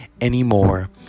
anymore